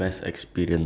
okay